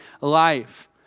life